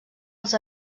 els